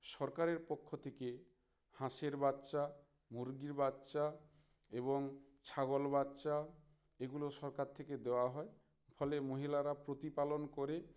সরকারের পক্ষ থেকে হাঁসের বাচ্চা মুরগির বাচ্চা এবং ছাগল বাচ্চা এগুলো সরকার থেকে দেওয়া হয় ফলে মহিলারা প্রতিপালন করে